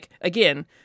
again